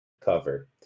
cover